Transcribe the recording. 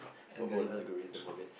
a whole lagerithm of it